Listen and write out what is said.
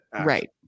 right